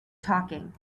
talking